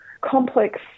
complex